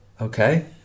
okay